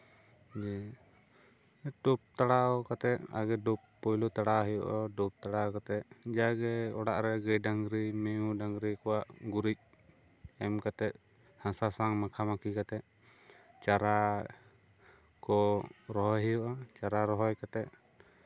ᱡᱮ ᱴᱳᱯ ᱛᱟᱲᱟᱣ ᱠᱟᱛᱮᱜ ᱟᱜᱮ ᱰᱳᱵ ᱯᱳᱭᱞᱳ ᱛᱟᱲᱟᱣ ᱦᱩᱭᱩᱜᱼᱟ ᱰᱳᱵ ᱛᱟᱲᱟᱣ ᱠᱟᱛᱮᱜ ᱡᱟᱜᱮ ᱚᱲᱟᱜᱨᱮ ᱜᱟᱹᱭ ᱰᱟᱝᱨᱤ ᱢᱤᱦᱩ ᱰᱟᱝᱨᱤ ᱠᱚᱣᱟᱜ ᱜᱩᱨᱤᱡᱽ ᱮᱢ ᱠᱟᱛᱮᱜ ᱦᱟᱥᱟ ᱥᱟᱶ ᱢᱟᱠᱷᱟ ᱢᱟᱠᱷᱤ ᱠᱟᱛᱮᱜ ᱪᱟᱨᱟ ᱠᱚ ᱨᱚᱦᱚᱭ ᱦᱩᱭᱩᱜᱼᱟ ᱪᱟᱨᱟ ᱨᱚᱦᱚᱭ ᱠᱟᱛᱮᱜ